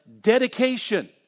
dedication